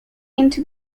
into